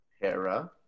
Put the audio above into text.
Hera